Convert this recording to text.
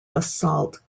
basalt